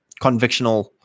convictional